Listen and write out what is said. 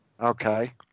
Okay